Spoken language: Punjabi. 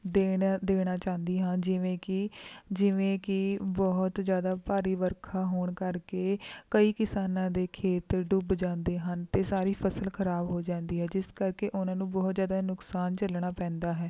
ਦੇਣ ਦੇਣਾ ਚਾਹੁੰਦੀ ਹਾਂ ਜਿਵੇਂ ਕਿ ਜਿਵੇਂ ਕਿ ਬਹੁਤ ਜ਼ਿਆਦਾ ਭਾਰੀ ਵਰਖਾ ਹੋਣ ਕਰਕੇ ਕਈ ਕਿਸਾਨਾਂ ਦੇ ਖੇਤ ਡੁੱਬ ਜਾਂਦੇ ਹਨ ਅਤੇ ਸਾਰੀ ਫਸਲ ਖਰਾਬ ਹੋ ਜਾਂਦੀ ਹੈ ਜਿਸ ਕਰਕੇ ਉਨ੍ਹਾਂ ਨੂੰ ਬਹੁਤ ਜ਼ਿਆਦਾ ਨੁਕਸਾਨ ਝੱਲਣਾ ਪੈਂਦਾ ਹੈ